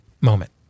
moment